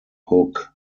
hook